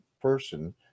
person